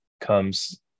comes